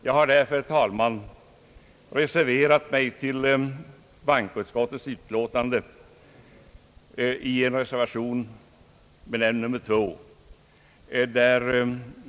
Jag har därför, herr talman, reserverat mig till bankoutskottets utlåtande och anslutit mig till förslaget i reservation 2.